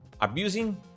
abusing